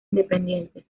independientes